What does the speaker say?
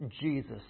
Jesus